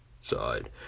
side